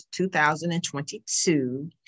2022